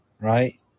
right